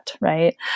right